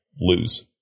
lose